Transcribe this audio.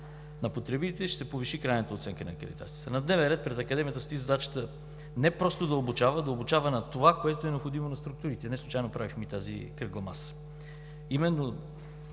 на потребителите, ще се повиши крайната оценка на акредитацията. На дневен ред пред Академията стои задачата не просто да обучава, а да обучава на това, което е необходимо на структурите. Неслучайно правихме тази кръгла маса. В